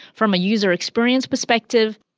from a user experience perspective,